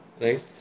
Right